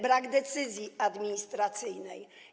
Brak decyzji administracyjnej.